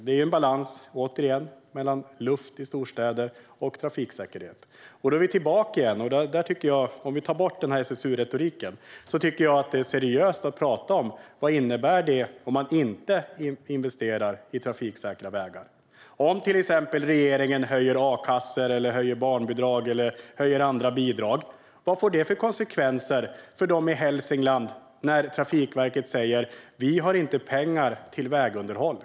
Det är en balans mellan luft i storstäder och trafiksäkerhet. Om vi tar bort SSU-retoriken är det seriöst att prata om vad det innebär att inte investera i trafiksäkra vägar. Om till exempel regeringen höjer a kassor, barnbidrag eller andra bidrag, vad får det för konsekvenser för dem i Hälsingland när Trafikverket säger att det inte finns pengar till vägunderhåll?